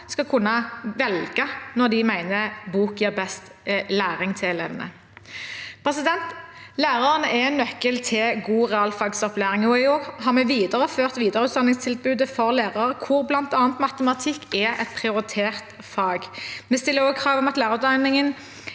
skal kunne velge når de mener bok gir best læring til elevene. Læreren er nøkkelen til god realfagsopplæring, og i år har vi videreført videreutdanningstilbudet for lærere, hvor bl.a. matematikk er et prioritert fag. Vi stiller krav om lærerutdanning